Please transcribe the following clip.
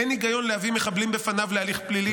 אין היגיון להביא מחבלים בפניו להליך פלילי,